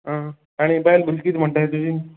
आं आनी बायल भुरगीं कितें म्हुणटाय तुजीं